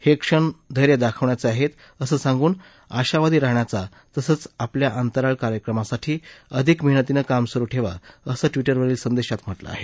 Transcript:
हे क्षण धैर्य दाखवण्याचे आहेत असं सांगून आशावादी राहण्याचा तसंच आपल्या अंतराळ कार्यक्रमासाठी अधिक मेहनतीनं काम सुरु ठेवा असं ट्विटरवरील संदेशात म्हटलं आहे